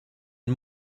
and